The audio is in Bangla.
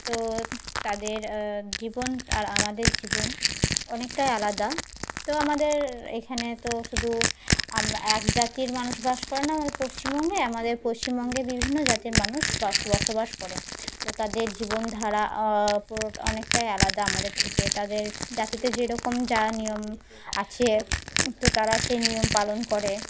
তো তাদের জীবন আর আমাদের জীবন অনেকটাই আলাদা তো আমাদের এখানে তো শুধু আমরা এক জাতির মানুষ বাস করে না আমাদের পশ্চিমবঙ্গে আমাদের পশ্চিমবঙ্গে বিভিন্ন জাতির মানুষ ব বসবাস করে তো তাদের জীবনধারা পুরো অনেকটাই আলাদা আমাদের থেকে তাদের জাতিতে যেরকম যা নিয়ম আছে তো তারা সেই নিয়ম পালন করে